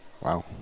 Wow